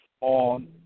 on